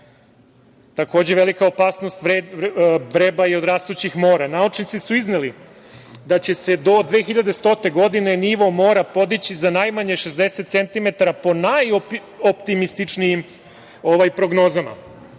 velika opasnost vreba i od rastućih mora. Naučnici su izneli da će se do 2100. godine nivo mora podići za najmanje 60 centimetara po najoptimističnijim prognozama.